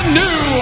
new